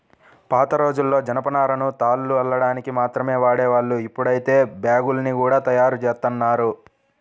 పాతరోజుల్లో జనపనారను తాళ్లు అల్లడానికి మాత్రమే వాడేవాళ్ళు, ఇప్పుడైతే బ్యాగ్గుల్ని గూడా తయ్యారుజేత్తన్నారు